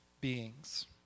beings